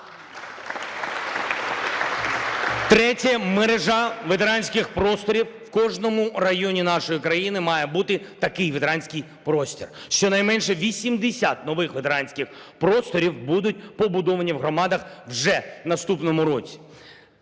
Третє. Мережа ветеранських просторів. У кожному районі нашої країни має бути такий ветеранський простір. Щонайменше 80 нових ветеранських просторів будуть побудовані в громадах вже в наступному році.